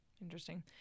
Interesting